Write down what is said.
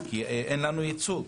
כי אין לנו ייצוג